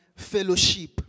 Fellowship